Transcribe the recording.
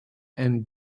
and